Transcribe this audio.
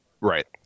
Right